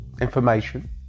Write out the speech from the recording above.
information